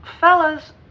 Fellas